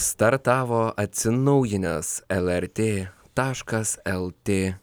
startavo atsinaujinęs lrt taškas lt